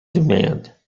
demand